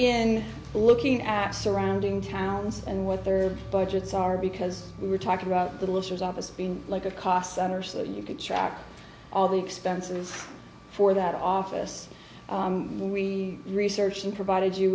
in looking at surrounding towns and what their budgets are because we were talking about the issues of us being like a cost center so that you could track all the expenses for that office we researched and provided you